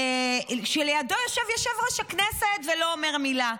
כשלידו ישב יושב-ראש הכנסת ולא אומר מילה.